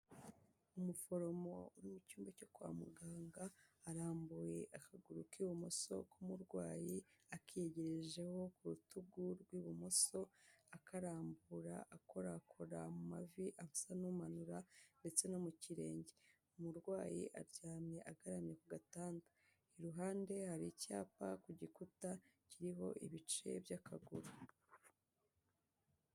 Umuforomo uri mu cyumba cyo kwa muganga, arambuye akaguru k'ibumoso k'umurwayi akigejejeho ku rutugu rw'ibumoso, akarambura akorakora mu mavi asa n'umanura ndetse no mu kirenge, umurwayi aryamye agaramye ku gatanda. Iruhande hari icyapa ku gikuta kiriho ibice by'akaguru.